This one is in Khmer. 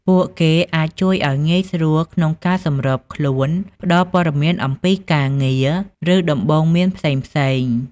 ពួកគេអាចជួយឲ្យងាយស្រួលក្នុងការសម្របខ្លួន ផ្ដល់ព័ត៌មានអំពីការងារ ឬដំបូន្មានផ្សេងៗ ។